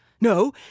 No